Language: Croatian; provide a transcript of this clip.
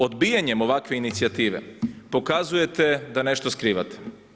Odbijanjem ovakve inicijative pokazujete da nešto skrivate.